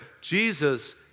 Jesus